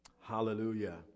Hallelujah